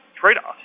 trade-offs